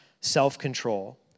self-control